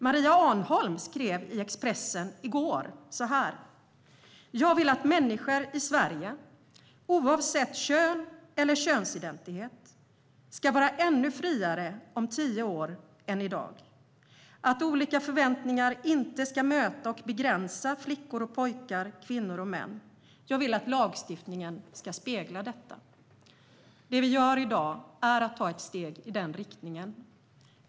Maria Arnholm skrev följande i Expressen i går: "Jag vill att människor i Sverige oavsett kön eller könsidentitet ska vara ännu friare om tio år än i dag. Att olika förväntningar inte ska möta och begränsa flickor och pojkar, kvinnor och män. Jag vill att lagstiftningen ska spegla detta." Det som vi gör i dag är att ta ett steg i denna riktning.